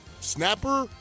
snapper